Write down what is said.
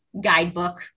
guidebook